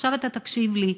עכשיו אתה תקשיב לי.